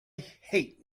hate